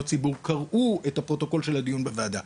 ציבור קראו את הפרוטוקול של הדיון בוועדה.